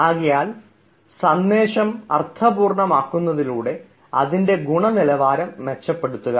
ആകയാൽ സന്ദേശം അർത്ഥപൂർണമാകുന്നതിലൂടെ അതിൻറെ ഗുണനിലവാരം മെച്ചപ്പെടുത്തുക